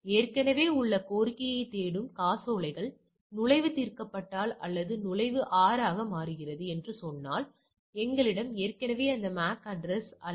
ஏற்கனவே உள்ள கோரிக்கையைத் தேடும் காசோலைகள் நுழைவு தீர்க்கப்பட்டால் அல்லது அந்த நுழைவு R ஆக மாறுகிறது என்று சொன்னால் எங்களிடம் ஏற்கனவே இந்த MAC அட்ரஸ் உள்ளது